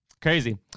Crazy